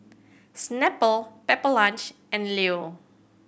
Snapple Pepper Lunch and Leo